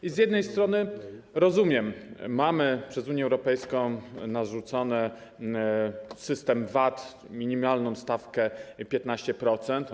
I z jednej strony rozumiem: mamy przez Unię Europejską narzucony system VAT, minimalną stawkę - 15-procentową.